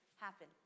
happen